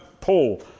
Paul